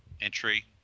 entry